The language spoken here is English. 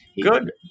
Good